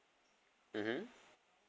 mmhmm